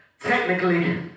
Technically